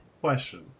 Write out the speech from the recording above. Question